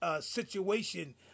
situation